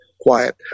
quiet